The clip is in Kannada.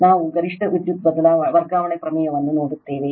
ನಾವು ಗರಿಷ್ಠ ವಿದ್ಯುತ್ ವರ್ಗಾವಣೆ ಪ್ರಮೇಯವನ್ನು ನೋಡುತ್ತೇವೆ